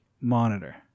monitor